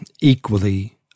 equally